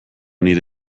nire